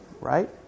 right